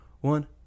one